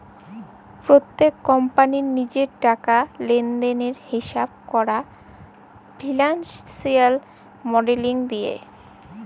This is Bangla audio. প্যত্তেক কম্পালির লিজের টাকা লেলদেলের হিঁসাব ক্যরা ফিল্যালসিয়াল মডেলিং দিয়ে